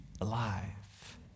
alive